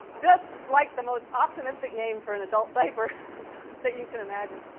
just like the most optimistic name for an adult diaper that you can imagine.